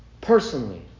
Personally